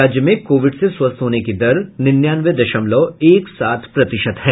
राज्य में कोविड से स्वस्थ होने की दर निन्यानवे दशमलव एक सात प्रतिशत है